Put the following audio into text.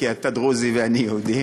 כי אתה דרוזי ואני יהודי,